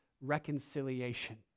reconciliation